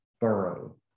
Burrow